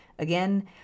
Again